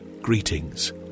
greetings